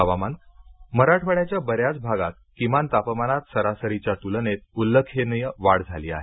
हवामान मराठवाड्याच्या बऱ्याच भागात किमान तापमानात सरासरीच्या तुलनेत उल्लेखनीय वाढ झाली आहे